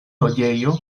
loĝejo